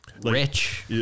rich